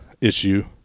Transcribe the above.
issue